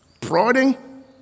prodding